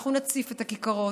אנחנו נציף את הכיכרות,